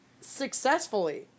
successfully